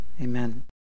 Amen